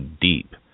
deep